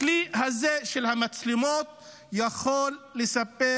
הכלי הזה של המצלמות יכול לספק